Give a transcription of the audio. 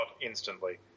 instantly